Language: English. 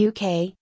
UK